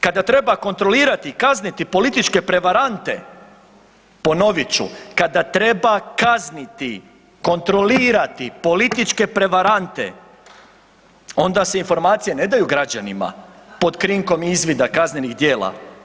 Kada treba kontrolirati i kazniti političke prevarante, ponovit ću, kada treba kazniti, kontrolirati političke prevarante, onda se informacije ne daju građanima pod krinkom izvida kaznenih djela.